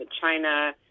China